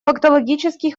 фактологический